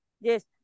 yes